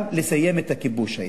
גם לסיים את הכיבוש הישראלי.